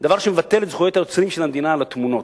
דבר שמבטל את זכויות היוצרים של המדינה על התמונות,